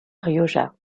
rioja